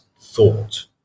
thought